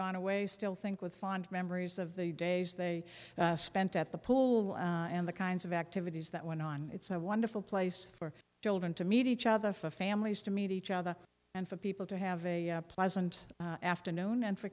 gone away still think with fond memories of the days they spent at the pool and the kinds of activities that went on it's a wonderful place for children to meet each other for families to meet each other and for people to have a pleasant afternoon and for